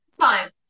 time